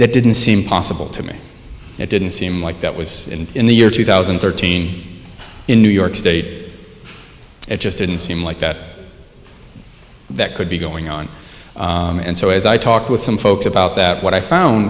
that didn't seem possible to me it didn't seem like that was in the year two thousand and thirteen in new york state it just didn't seem like that that could be going on and so as i talked with some folks about that what i found